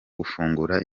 gufungura